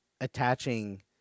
attaching